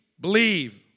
Believe